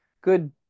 good